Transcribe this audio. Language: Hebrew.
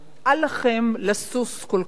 אל לכם לשיש כל כך